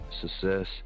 success